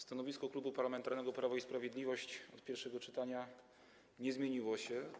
Stanowisko Klubu Parlamentarnego Prawo i Sprawiedliwość od pierwszego czytania nie zmieniło się.